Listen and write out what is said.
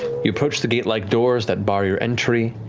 you approach the gate-like doors that bar your entry.